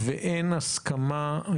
גם בתקופת הבחירות אנחנו עושים את הכל ממש בשמחה,